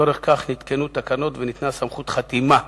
ולצורך זה נתקנו תקנות וניתנה סמכות חתימה,